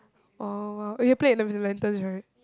!wow! !wow! !wow! oh you played with the lanterns right